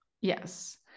Yes